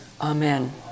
Amen